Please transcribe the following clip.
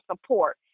support